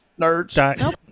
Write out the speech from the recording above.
nerds